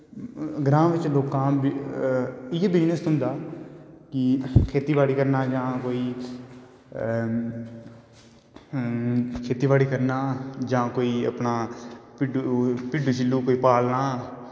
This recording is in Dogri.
ग्रांऽ बिच्च लोकें दा इयै बिज़नस होंदा की खेत्ती बाड़ी करनां जां कोई खेत्ती बाड़ी करनां जां भिड्डू शिल्लू कोई पालनां